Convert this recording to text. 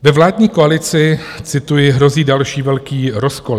Ve vládní koalici, cituji, hrozí další velký rozkol.